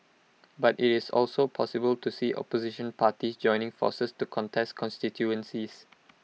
but IT is also possible to see opposition parties joining forces to contest constituencies